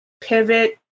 pivot